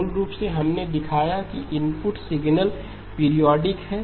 मूल रूप से हमने दिखाया है कि इनपुट सिग्नल पीरियोडिक है